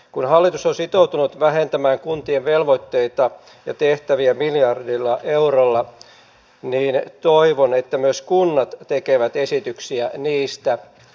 kun hallitus on sitoutunut vähentämään kuntien velvoitteita ja tehtäviä miljardilla eurolla niin toivon että myös kunnat tekevät esityksiä niistä